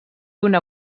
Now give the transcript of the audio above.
una